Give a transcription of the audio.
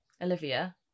Olivia